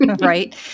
right